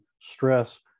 stress